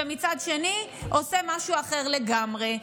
ומצד שני עושה משהו אחר לגמרי.